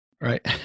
Right